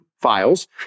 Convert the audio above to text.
files